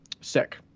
sick